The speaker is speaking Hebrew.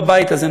בבית הזה,